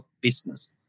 business